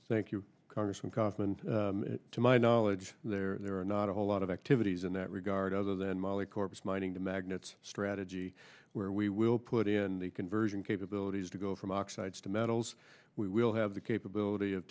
thank you congressman kaufman to my knowledge there are not a whole lot of activities in that regard other than molly corbis mining the magnets strategy where we will put in the conversion capabilities to go from oxides to metals we will have the capability of